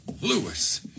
Lewis